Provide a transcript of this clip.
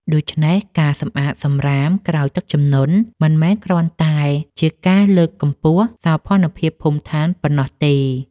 ដូច្នេះ ការសម្អាតសម្រាមក្រោយទឹកជំនន់មិនមែនគ្រាន់តែជាការលើកកម្ពស់សោភណភាពភូមិដ្ឋានប៉ុណ្ណោះទេ។